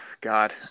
God